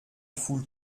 foule